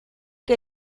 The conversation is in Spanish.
que